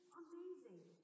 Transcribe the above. amazing